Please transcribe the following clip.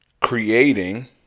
creating